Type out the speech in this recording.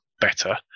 better